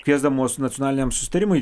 kviesdamos nacionaliniam susitarimui